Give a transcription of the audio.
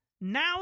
now